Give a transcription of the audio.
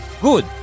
good